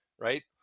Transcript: Right